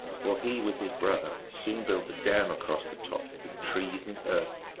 for he with his brother soon built a dam across the top with trees and earth,